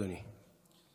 בבקשה, אדוני.